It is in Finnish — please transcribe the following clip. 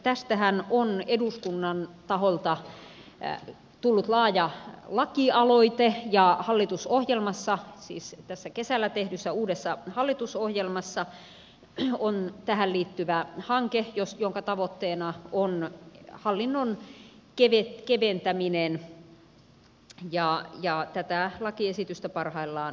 tästähän on eduskunnan taholta tullut laaja lakialoite ja hallitusohjelmassa siis tässä kesällä tehdyssä uudessa hallitusohjelmassa on tähän liittyvä hanke jonka tavoitteena on hallinnon keventäminen ja tätä lakiesitystä parhaillaan hiotaan